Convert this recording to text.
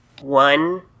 one